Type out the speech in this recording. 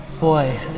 boy